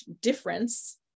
difference